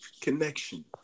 connection